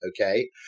Okay